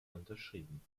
unterschrieben